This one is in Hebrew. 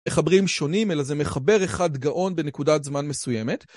‫מחברים שונים, אלא זה מחבר אחד גאון ‫בנקודת זמן מסוימת.